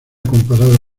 comparado